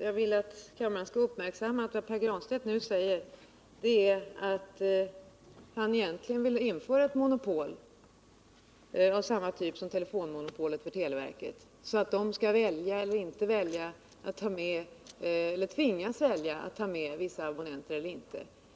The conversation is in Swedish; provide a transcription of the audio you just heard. Herr talman! Jag vill att kammaren skall uppmärksamma att vad Pär Granstedt nu säger är att han egentligen vill införa ett monopol av samma typ som telefonmonopolet för televerket, så att verket skall tvingas att ta med vissa abonnenter.